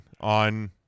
on